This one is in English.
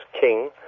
king